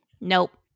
Nope